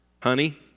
honey